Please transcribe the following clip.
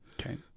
Okay